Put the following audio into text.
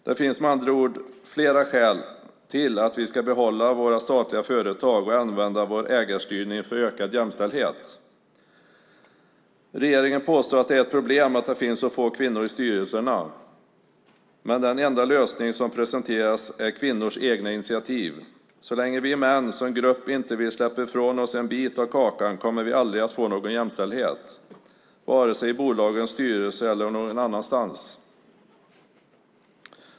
Det finns med andra ord flera skäl till att vi ska behålla våra statliga företag och använda vår ägarstyrning för ökad jämställdhet. Regeringen påstår att det är ett problem att det finns så få kvinnor i styrelserna, men den enda lösning som presenteras är kvinnors egna initiativ. Så länge vi män som grupp inte vill släppa ifrån oss en bit av kakan kommer vi aldrig att få någon jämställdhet, vare sig i bolagens styrelser eller någon annanstans.